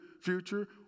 future